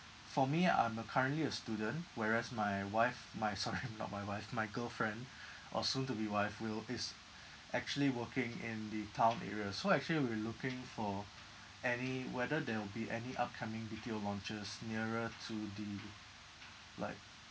for me I'm a currently a student whereas my wife my sorry not my wife my girlfriend or soon to be wife will is actually working in the town area so actually we're looking for any whether there will be any upcoming B_T_O launches nearer to the like